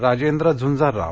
Rajendra Jhanjarrao